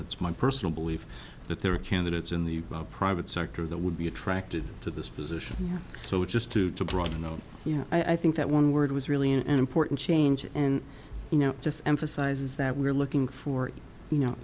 it's my personal belief that there are candidates in the private sector that would be attracted to this position so just to to broaden no you know i think that one word was really an important change and you know just emphasises that we're looking for you know